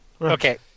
Okay